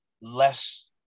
less